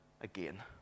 again